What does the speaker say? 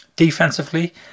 Defensively